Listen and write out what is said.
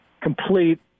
complete